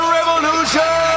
Revolution